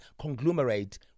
conglomerate